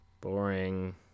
boring